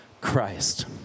Christ